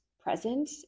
present